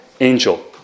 angel